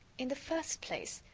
in the first place,